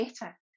better